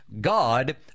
God